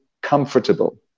comfortable